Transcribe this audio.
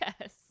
Yes